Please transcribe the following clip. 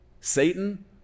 Satan